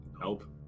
help